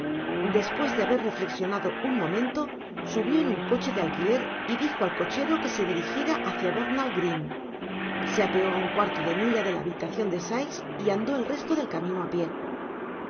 despues de haber reflecsionado un momento subió en un coche de alquiler y dijo al cochero que se dirijicra hacia bethnal green se apeó aun cuarto de milla de la habitacion de sikes y ando el resto del camino á pié